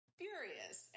furious